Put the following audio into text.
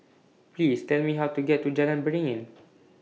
Please Tell Me How to get to Jalan Beringin